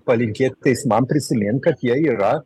palinkėt teismam prisimint kad jie yra